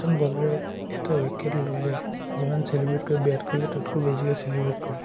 এজন বলাৰে এটা উইকেট ল'লে যিমান চেলিব্ৰেট কৰে বিৰাট কোহলিয়ে তাতকৈও বেছিকৈ চেলিব্ৰেট কৰে